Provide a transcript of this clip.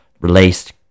released